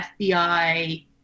fbi